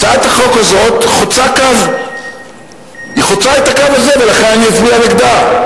הצעת החוק הזאת חוצה את הקו הזה, ולכן אצביע נגדה,